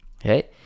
Okay